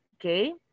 Okay